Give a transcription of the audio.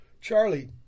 Charlie